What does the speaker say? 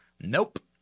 Nope